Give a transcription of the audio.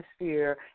atmosphere